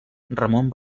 ramon